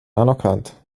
anerkannt